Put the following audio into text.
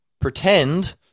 pretend